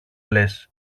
λες